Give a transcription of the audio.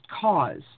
cause